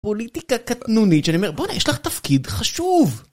פוליטיקה קטנונית, שאני אומר, בוא'נה, יש לך תפקיד חשוב!